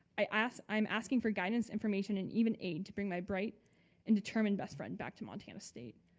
i asked, i'm asking for guidance, information and even aid to bring my bright and determined best friend back to montana state.